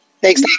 Thanks